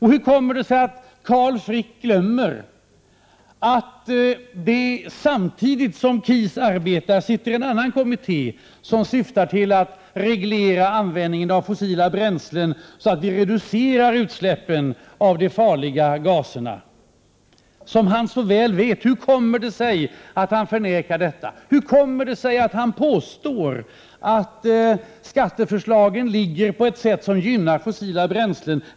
Hur kommer det sig att Carl Frick glömmer att det vid sidan av KIS finns en annan kommitté, vars arbete syftar till en reglerad användning av fossila bränslen — detta för att reducera utsläppen av de farliga gaserna? Carl Frick känner så väl till det. Hur kommer det sig således att han förnekar detta? Hur kommer det sig att Carl Frick påstår att skatteförslagen innebär att användningen av fossila bränslen gynnas?